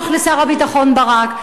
לשר הביטחון ברק,